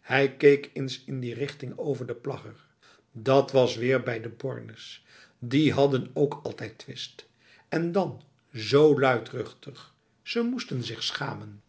hij keek eens in die richting over de pagger dat was weer bij de bornes die hadden ook altijd twist en dan zo luidruchtig ze moesten zich schamen